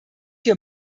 hier